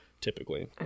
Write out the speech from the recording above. typically